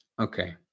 Okay